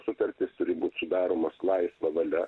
sutartys turi būt sudaromos laisva valia